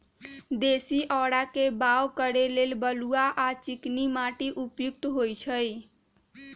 देशी औरा के बाओ करे लेल बलुआ आ चिकनी माटि उपयुक्त होइ छइ